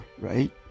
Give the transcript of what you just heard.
Right